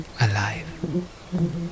alive